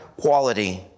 quality